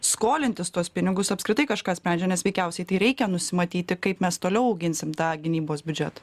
skolintis tuos pinigus apskritai kažką sprendžia nes veikiausiai tai reikia nusimatyti kaip mes toliau auginsim tą gynybos biudžetą